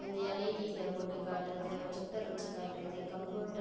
இந்த எல்ஈடிலப் போட்டு காட்டுறது ப்ரொஜெக்டர் வச்சு காட்டுறது கம்ப்யூட்டர்ல